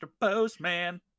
Postman